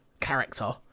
character